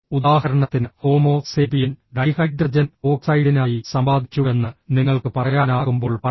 ഉദാഹരണത്തിന് homo sapien dihydrogen ഓക്സൈഡിനായി സമ്പാദിച്ചുവെന്ന് നിങ്ങൾക്ക് പറയാനാകുമ്പോൾ പറയരുത്